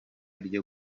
ryo